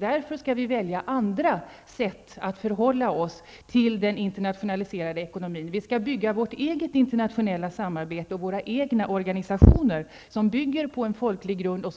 Därför skall vi välja andra sätt att förhålla oss till den internationaliserade ekonomin. Vi skall bygga vårt eget internationella samarbete och våra egna organisationer, som bygger på en folklig grund och